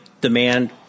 demand